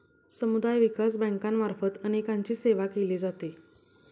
समुदाय विकास बँकांमार्फत अनेकांची सेवा केली जाते